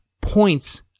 points